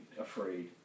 afraid